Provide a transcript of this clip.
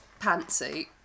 pantsuit